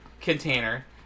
container